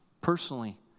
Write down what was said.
personally